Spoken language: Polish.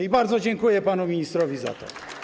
I bardzo dziękuję panu ministrowi za to.